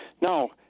Now